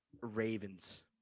Ravens